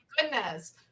goodness